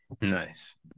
Nice